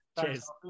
Cheers